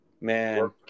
Man